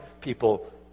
people